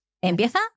empieza